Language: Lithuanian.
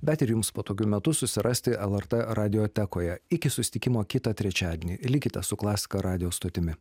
bet ir jums patogiu metu susirasti lrt radiotekoje iki susitikimo kitą trečiadienį likite su klasika radijo stotimi